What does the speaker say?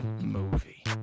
movie